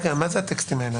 רגע, מה זה הטקסטים האלו?